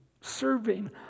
serving